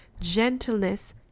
gentleness